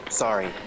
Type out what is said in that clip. Sorry